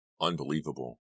Unbelievable